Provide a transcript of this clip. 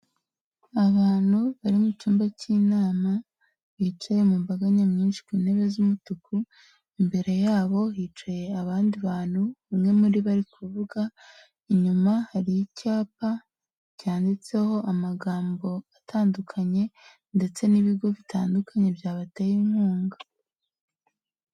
Abantu bari mu cyumba cy'inama bicaye mu mbaga nyamwinshi ku ntebe z'umutuku, imbere yabo hicaye abandi bantu umwe muri bo ari kuvuga, inyuma hari icyapa cyanditseho amagambo atandukanye ndetse n'ibigo bitandukanye byabateye inkunga.